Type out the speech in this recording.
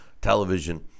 television